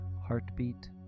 heartbeat